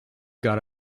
got